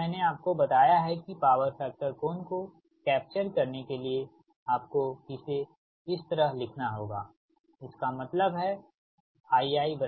इस तरह मैंने आपको बताया कि पावर फैक्टर कोण को कैप्चर करने के लिए आपको इसे इस तरह लिखना होगा इसका मतलब हैIiPi